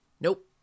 Nope